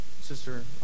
Sister